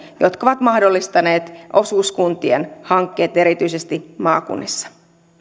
mikä on mahdollistanut osuuskuntien hankkeet erityisesti maakunnissa